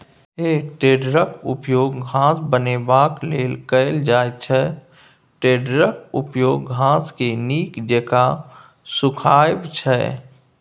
हे टेडरक उपयोग घास बनेबाक लेल कएल जाइत छै टेडरक उपयोग घासकेँ नीक जेका सुखायब छै